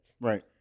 Right